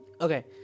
Okay